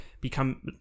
become